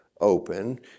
open